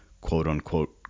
quote-unquote